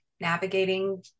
navigating